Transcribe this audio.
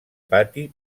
pati